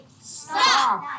Stop